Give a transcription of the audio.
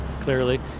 clearly